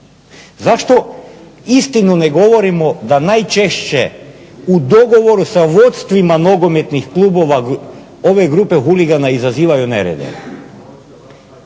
Zašto istinu ne govorimo da najčešće u dogovoru sa vodstvima nogometnih klubova ove grupe huligana izazivaju nerede?